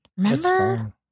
Remember